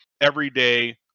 everyday